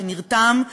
שנרתם,